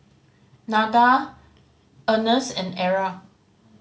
Nada Earnest and Era